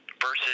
versus